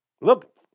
Look